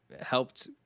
helped